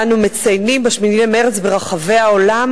ואנחנו מציינים ב-8 במרס ברחבי העולם